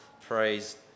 praise